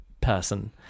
person